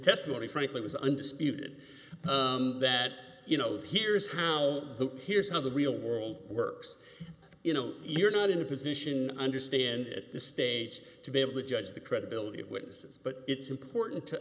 testimony frankly was undisputed that you know that here is how the here's how the real world works you know you're not in a position to understand at this stage to be able to judge the credibility of witnesses but it's important to